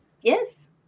Yes